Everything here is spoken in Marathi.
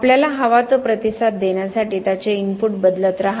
आपल्याला हवा तो प्रतिसाद देण्यासाठी त्याचे इनपुट बदलत राहा